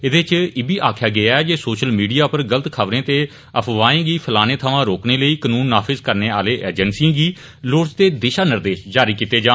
एहदे च इब्बी आखेआ गेआ ऐ जे सोशल मीडिया पर गलत खबरें ते अफवाहें गी फैलने थमां रोकने लेई कानून नाफिज़ करने आह्ली एजेंसिएं गी लोड़चदे दिशा निर्देश जारी कीते जान